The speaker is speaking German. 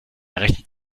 rechnet